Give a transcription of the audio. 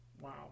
wow